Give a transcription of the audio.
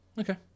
Okay